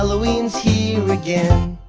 halloweens here again.